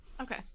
Okay